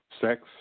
sex